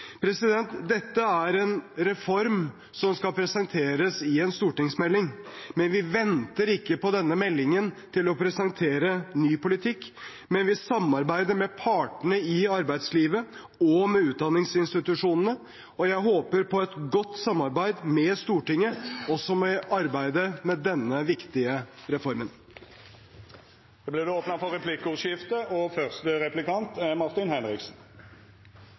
Dette er en reform som skal presenteres i en stortingsmelding, men vi venter ikke på denne meldingen med å presentere ny politikk, og vi samarbeider med partene i arbeidslivet og med utdanningsinstitusjonene. Jeg håper på et godt samarbeid med Stortinget også i arbeidet med denne viktige reformen. Det vert replikkordskifte. Først vil jeg bare gi kunnskapsministeren rett i at «Deilig er